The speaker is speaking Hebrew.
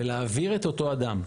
ולהעביר את אותו אדם,